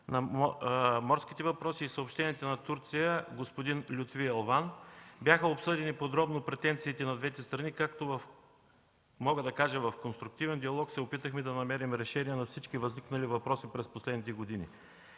морските въпроси и съобщенията на Турция господин Лютви Елван. Бяха обсъдени подробно претенциите на двете страни. Мога да кажа, че в конструктивен диалог се опитахме да намерим решение на всички възникнали въпроси през последните години,